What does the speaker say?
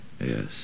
yes